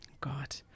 god